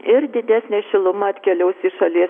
ir didesnė šiluma atkeliaus į šalies